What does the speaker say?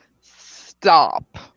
stop